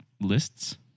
Lists